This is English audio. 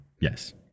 yes